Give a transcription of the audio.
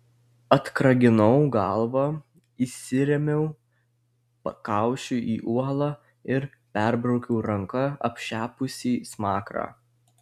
atkraginau galvą įsirėmiau pakaušiu į uolą ir perbraukiau ranka apšepusį smakrą